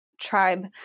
tribe